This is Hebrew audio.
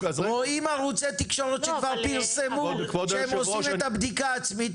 רואים ערוצי תקשורת שכבר פרסמו שהם עושים את הבדיקה עצמית.